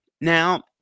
Now